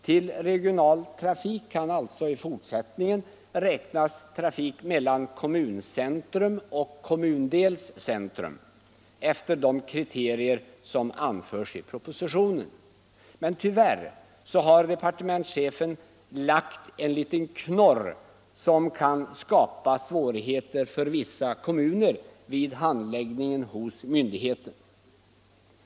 Till regional trafik kan sålunda i fortsättningen räknas trafik mellan kommuncentrum och kommundelscentrum efter de kriterier som anförts i propositionen. Men tyvärr har departementschefen tillfogat en liten ”knorr” som kan skapa svårigheter för vissa kommuner vid handläggningen hos myndigheten.